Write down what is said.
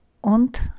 und